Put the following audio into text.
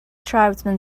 tribesman